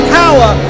power